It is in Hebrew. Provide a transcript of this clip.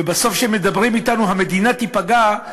ובסוף כשמדברים אתנו שהמדינה תיפגע,